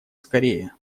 скорее